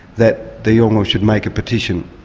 that the yolngu should make a petition.